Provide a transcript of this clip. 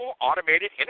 automated